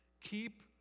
keep